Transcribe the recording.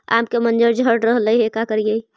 आम के मंजर झड़ रहले हे का करियै?